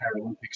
Paralympics